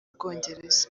bwongereza